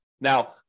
Now